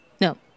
No